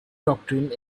doctrine